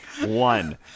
one